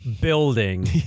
building